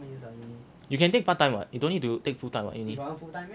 you can take part time [what] you don't need to take full time [what] uni